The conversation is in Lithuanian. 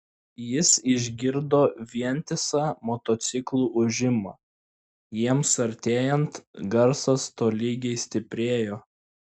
jis išgirdo vientisą motociklų ūžimą jiems artėjant garsas tolygiai stiprėjo